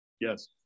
Yes